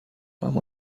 اما